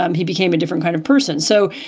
um he became a different kind of person. so,